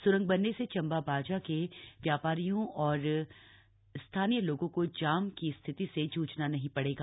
स्रंग बनने से चंबा बाजा के व्यापारियों और स्थानीय लोगों को जाम की स्थिति से जूझना नहीं पड़ेगा